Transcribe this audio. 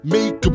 Make